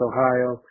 Ohio